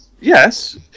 Yes